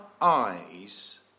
eyes